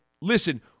listen